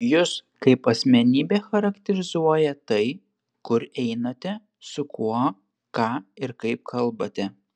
jus kaip asmenybę charakterizuoja tai kur einate su kuo ką ir kaip kalbate